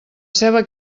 ceba